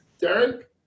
Derek